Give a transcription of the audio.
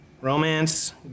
Romance